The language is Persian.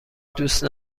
دوست